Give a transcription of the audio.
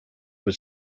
was